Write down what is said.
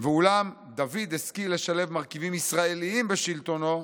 אולם דוד השכיל לשלב מרכיבים ישראליים בשלטונו,